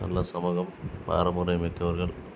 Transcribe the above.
நல்ல சமூகம் பாரமுறைமிக்கவர்கள்